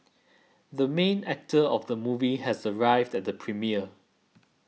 the main actor of the movie has arrived at the premiere